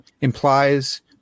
implies